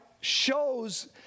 shows